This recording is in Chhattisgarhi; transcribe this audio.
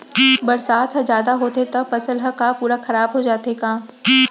बरसात ह जादा होथे त फसल ह का पूरा खराब हो जाथे का?